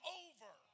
over